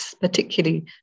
particularly